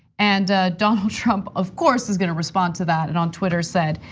and donald trump, of course, is gonna response to that and on twitter said,